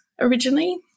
originally